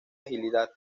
agilidad